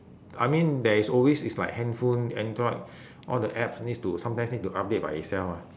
I mean there is always is like handphone android all the apps needs to sometimes need to update by itself ah